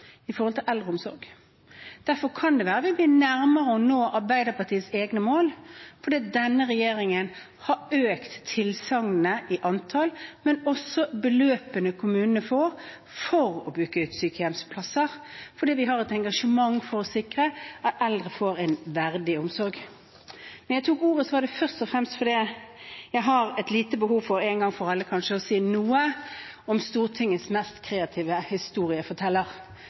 eldreomsorg. Derfor kan det være vi er nærmere å nå Arbeiderpartiets egne mål. Denne regjeringen har økt antall tilsagn, men også beløpene som kommunene får for å bygge ut sykehjemsplasser, fordi vi har et engasjement for å sikre at eldre får en verdig omsorg. Når jeg tok ordet, var det først og fremst fordi jeg har et lite behov for, én gang for alle, kanskje, å si noe om Stortingets mest kreative historieforteller.